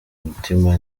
mutima